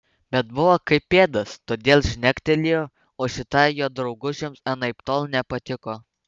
bet buvo kaip pėdas todėl žnektelėjo o šitai jo draugužiams anaiptol nepatiko